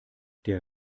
der